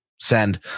Send